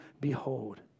behold